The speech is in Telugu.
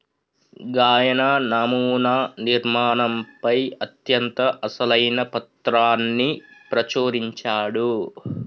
గాయన నమునా నిర్మాణంపై అత్యంత అసలైన పత్రాన్ని ప్రచురించాడు